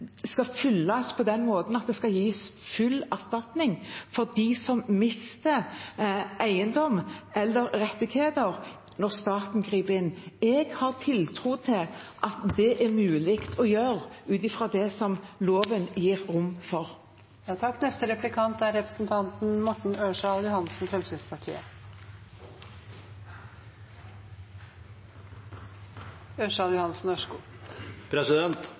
skal følges på den måten at det skal gis full erstatning til dem som mister eiendom eller rettigheter når staten griper inn. Jeg har tiltro til at det er mulig å gjøre, ut fra det som loven gir rom